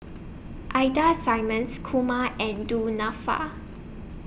Ida Simmons Kumar and Du Nanfa